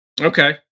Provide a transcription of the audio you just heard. Okay